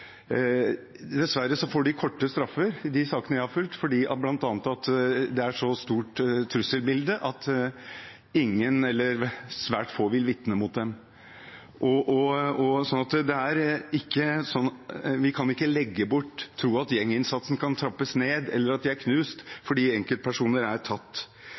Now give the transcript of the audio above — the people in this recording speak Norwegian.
Dessverre, i de sakene jeg har fulgt, får de korte straffer, for trusselbildet er så stort at ingen, eller svært få, vil vitne mot dem. Vi kan ikke tro at gjenginnsatsen kan trappes ned, eller at de er knust fordi enkeltpersoner er tatt.